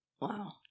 Wow